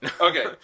Okay